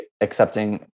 accepting